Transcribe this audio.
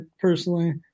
personally